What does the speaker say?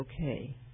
okay